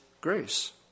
grace